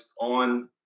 on